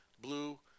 blue